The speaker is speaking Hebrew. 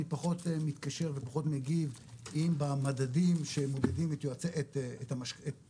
אני פחות מתקשר ופחות מגיב אם במדדים שמודדים את פקידי